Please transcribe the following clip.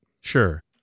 Sure